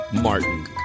Martin